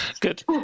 good